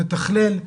מתכלל,